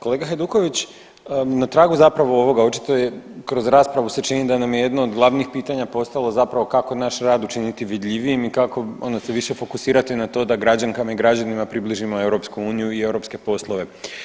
Kolega Hajduković na tragu zapravo ovoga očito je kroz raspravu se čini da nam je jedno od glavnih pitanja postalo zapravo kako naš rad učiniti vidljivijim i kako onda se više fokusirati na to da građankama i građanima približimo Europsku uniju i europske poslove.